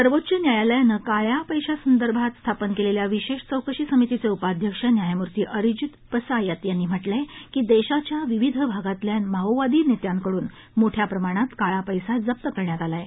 सर्वोच्च न्यायालयाने काळ्या पैशासंदर्भात स्थापन केलेल्या विशेष चौकशी समितीचे उपाध्यक्ष न्यायमूर्ती अरिजित पसायत यांनी सांगितलं की देशाच्या विविध भागातील माओवादी नेत्यांकडून मोठया प्रमाणावर काळा पैसा जप्त करण्यात आला आहे